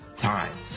time